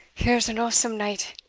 here's an awsome night!